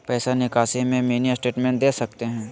पैसा निकासी में मिनी स्टेटमेंट दे सकते हैं?